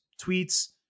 tweets